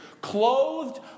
Clothed